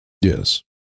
Yes